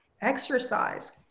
exercise